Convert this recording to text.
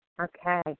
Okay